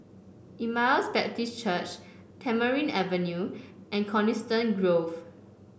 Emmaus Baptist Church Tamarind Avenue and Coniston Grove